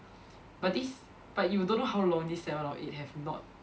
but this but you don't know how long this seven or eight have not